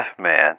man